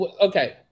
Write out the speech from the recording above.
okay